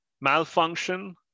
malfunction